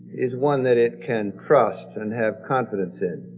is one that it can trust and have confidence in.